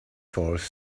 force